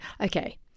okay